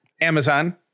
Amazon